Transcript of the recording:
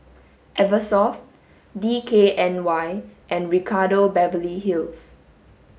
eversoft D K N Y and Ricardo Beverly Hills